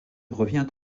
revient